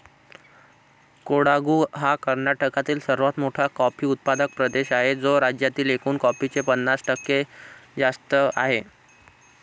कोडागु हा कर्नाटकातील सर्वात मोठा कॉफी उत्पादक प्रदेश आहे, जो राज्यातील एकूण कॉफीचे पन्नास टक्के जास्त आहे